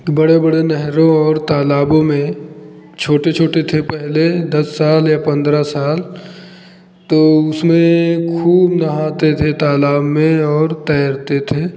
बड़े बड़े नहरों और तालाबों में छोटे छोटे थे पहले दस साल या पंद्रह साल तो उसमें खूब नहाते थे तालाब में और तैरते थे